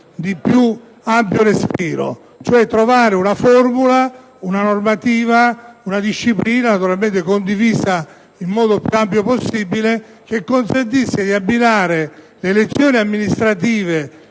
di più ampio respiro, cioè trovare una formula, una normativa (naturalmente condivisa nel modo più ampio possibile) che consentisse di abbinare e accorpare le elezioni amministrative